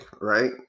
right